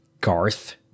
Garth